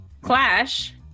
Clash